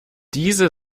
diese